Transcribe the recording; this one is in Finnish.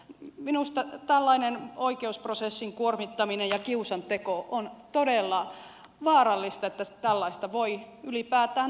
minusta tällainen oikeusprosessin kuormittaminen ja kiusanteko on todella vaarallista se että tällaista voi ylipäätään tapahtua